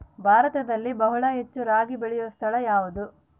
ಭಾರತದಲ್ಲಿ ಬಹಳ ಹೆಚ್ಚು ರಾಗಿ ಬೆಳೆಯೋ ಸ್ಥಳ ಯಾವುದು?